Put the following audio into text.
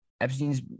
Epstein's